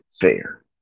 fair